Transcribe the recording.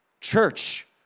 Church